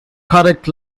correct